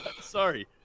Sorry